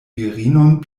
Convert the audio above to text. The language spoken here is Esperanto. virinon